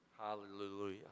Hallelujah